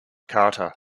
carter